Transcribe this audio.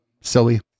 silly